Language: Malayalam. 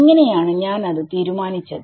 എങ്ങനെയാണ് ഞാൻ അത് തീരുമാനിച്ചത്